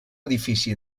edifici